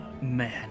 Man